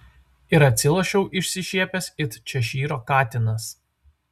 ir atsilošiau išsišiepęs it češyro katinas